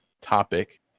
topic